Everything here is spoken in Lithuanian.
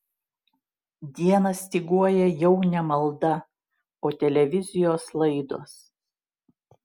dieną styguoja jau ne malda o televizijos laidos